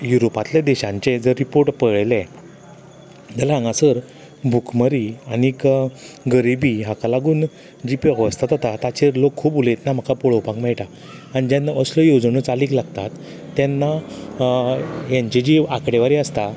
युरोपांतल्या देशांचे जर रिपोर्ट पळयलें जाल्या हांगासर भुखमरी आनीक गरिबी हाका लागून जी पळय होस्तां जाता ताका लागून हाचेर लोक खूब उलयतना म्हाका पळोवपाक मेळटा आनी जेन्ना असल्यो येवजण्यो चालीक लागतात तेन्ना हेंची जी आकडे वारी आसता